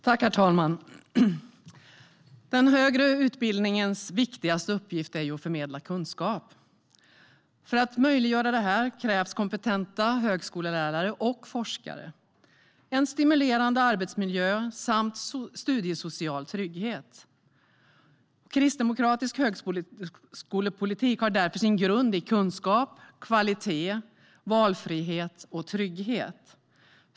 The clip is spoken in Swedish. Herr talman! Den högre utbildningens viktigaste uppgift är att förmedla kunskap. För att möjliggöra detta krävs kompetenta högskolelärare och forskare, en stimulerande arbetsmiljö samt studiesocial trygghet. Kristdemokratisk högskolepolitik har därför sin grund i kunskap, kvalitet, valfrihet och trygghet.